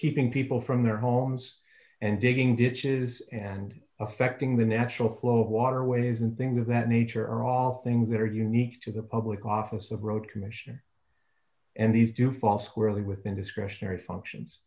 keeping people from their homes and digging ditches and affecting the natural flow of waterways and things of that nature are all things that are unique to the public office of road commission and these do fall squarely within discretionary functions